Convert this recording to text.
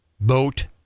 boat